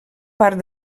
part